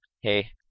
Hey